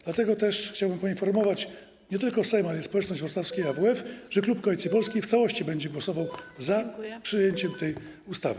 Dlatego też chciałbym poinformować nie tylko Sejm, ale i społeczność wrocławskiej AWF, że klub Koalicji Polskiej w całości będzie głosował za przyjęciem tej ustawy.